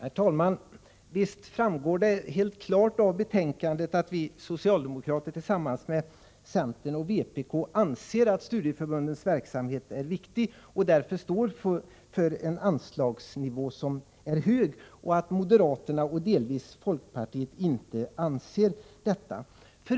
Herr talman! Visst framgår det klart av betänkandet att vi socialdemokrater tillsammans med centern och vpk anser att studieförbundens verksamhet är viktig och därför står för en anslagsnivå som är hög och att moderaterna och delvis folkpartiet inte anser det.